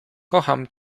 kocham